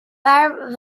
paar